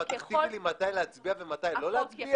את תכתיבי לי מתי להצביע ומתי לא להצביע?